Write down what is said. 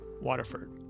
Waterford